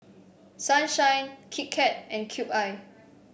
Sunshine Kit Kat and Cube I